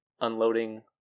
unloading